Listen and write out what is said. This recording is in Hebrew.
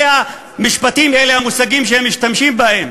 אלה המשפטים ואלה המושגים שהם משתמשים בהם,